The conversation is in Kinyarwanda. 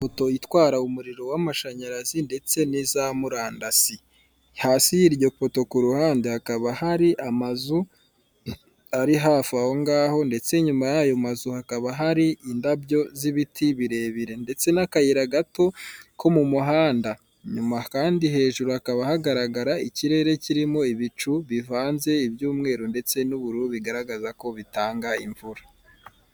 Ipoto itwara umuriro w'amashanyarazi ndetse n'iza murandasi, hasi y'iryo poto ku ruhande hakaba hari amazu ari hafi aho ngaho, ndetse inyuma y'ayo mazu hakaba hari indabyo z'ibiti birebire ndetse n'akayira gato ko mu muhanda, inyuma kandi hejuru hakaba hagaragara ikirere kirimo ibicu bivanze, iby'umweru ndetse n'ubururu, bigaragaza ko bitanga imvura.